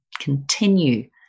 continue